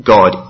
God